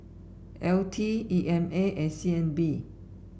L T E M A and C N B